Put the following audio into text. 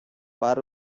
para